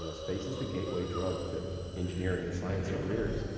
know, space is the gateway drug to engineering and science careers.